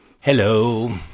Hello